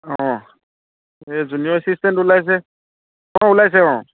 অহ এই junior assistant ওলাইছে অ' ওলাইছে অ'